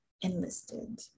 enlisted